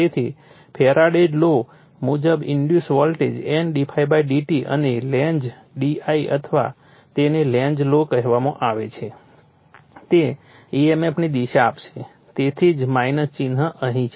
તેથી Faraday's law Faradays law મુજબ induced voltage N d∅dt અને લેન્ઝ d I અથવા જેને લેન્ઝ લૉ Lenz's law કહેવામાં આવે છે તે emf ની દિશા આપશે તેથી જ ચિહ્ન અહીં છે